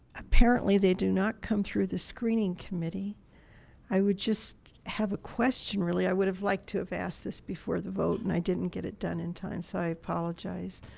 apparently, they do not come through the screening committee i would just have a question really i would have liked to have asked this before the vote and i didn't get it done in time so i apologize.